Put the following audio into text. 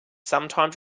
sometimes